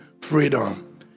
freedom